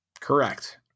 Correct